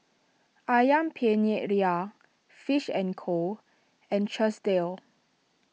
Ayam Penyet Ria Fish and Co and Chesdale